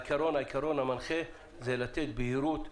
העיקרון המנחה זה לתת בהירות,